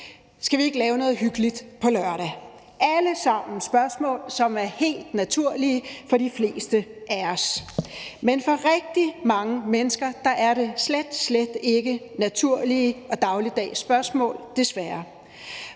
Skal vi ikke lave noget hyggeligt på lørdag? Det er alle sammen spørgsmål, som er helt naturlige for de fleste af os. Men for rigtig mange mennesker er det slet, slet ikke naturlige og dagligdags spørgsmål, desværre.